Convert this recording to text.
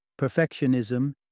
perfectionism